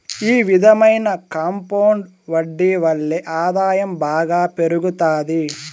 ఈ విధమైన కాంపౌండ్ వడ్డీ వల్లే ఆదాయం బాగా పెరుగుతాది